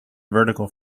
vertical